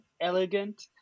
elegant